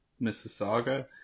Mississauga